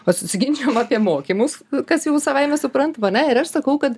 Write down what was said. o susiginčijom apie mokymus kas jau savaime suprantama ane ir aš sakau kad